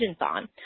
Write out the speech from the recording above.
on